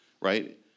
right